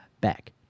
back